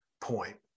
point